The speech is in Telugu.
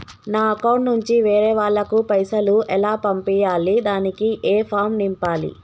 నా అకౌంట్ నుంచి వేరే వాళ్ళకు పైసలు ఎలా పంపియ్యాలి దానికి ఏ ఫామ్ నింపాలి?